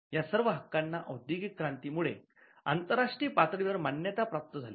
या सर्व हक्कां ना औद्योगिक क्रांती मुळे आंतरराष्ट्रीय पातळीवर मान्यता प्राप्त झाली